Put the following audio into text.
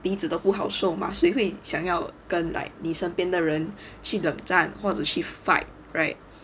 彼此都不好受嘛谁会想要跟 like 你身边的人去冷战或者去 fight right